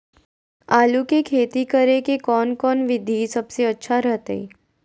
आलू की खेती करें के कौन कौन विधि सबसे अच्छा रहतय?